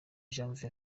janvier